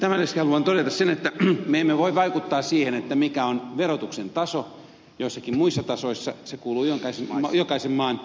tämän lisäksi haluan todeta sen että me emme voi vaikuttaa siihen mikä on verotuksen taso joissakin muissa maissa se kuuluu jokaisen maan suvereniteetin piiriin